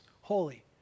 holy